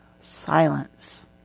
silence